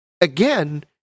Again